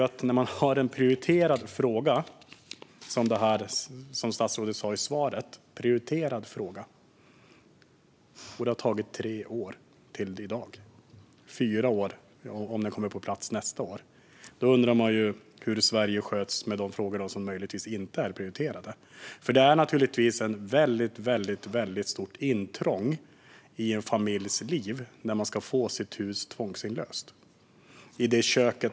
Statsrådet sa i svaret att detta är en prioriterad fråga, men det har tagit tre år till i dag - fyra år om lagstiftningen kommer på plats nästa år. Då undrar man ju hur Sverige sköts när det gäller de frågor som möjligtvis inte är prioriterade. Det är naturligtvis ett väldigt stort intrång i en familjs liv när man ska få sitt hus tvångsinlöst.